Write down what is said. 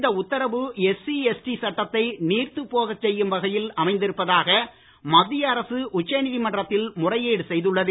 இந்த உத்தரவு SC ST சட்டத்தை நீர்த்துப் போகச் செய்யும் வகையில் அமைந்திருப்பதாக மத்திய அரசு உச்சநீதிமன்றத்தில் முறையீடு செய்துள்ளது